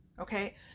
Okay